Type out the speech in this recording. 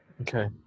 Okay